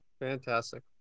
Fantastic